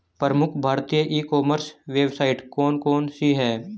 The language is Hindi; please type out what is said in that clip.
प्रमुख भारतीय ई कॉमर्स वेबसाइट कौन कौन सी हैं?